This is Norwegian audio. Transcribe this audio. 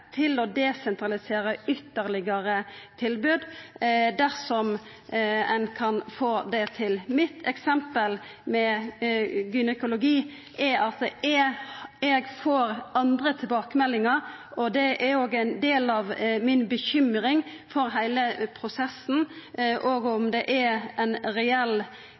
til å desentralisera ytterlegare tilbod dersom ein kan få det til. Mitt eksempel med gynekologi gjeld at eg får andre tilbakemeldingar, og det er òg ein del av bekymringa eg har for heile prosessen og for om det er ei reell